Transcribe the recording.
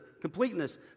completeness